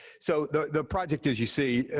so, the project, as you see,